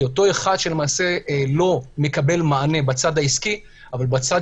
כי אותו אחד שלא מקבל מענה בצד העסקי אבל בצד